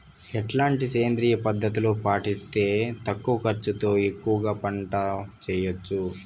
ఎట్లాంటి సేంద్రియ పద్ధతులు పాటిస్తే తక్కువ ఖర్చు తో ఎక్కువగా పంట చేయొచ్చు?